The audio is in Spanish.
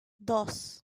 dos